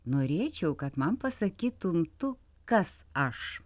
norėčiau kad man pasakytum tu kas aš